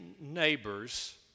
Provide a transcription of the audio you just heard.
neighbors